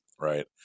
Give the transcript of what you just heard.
right